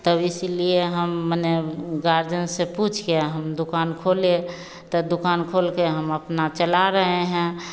तब इसीलिए हम माने गार्जियन से पूछकर हम दुक़ान खोले तो दुक़ान खोलकर हम अपना चला रहे हैं